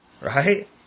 Right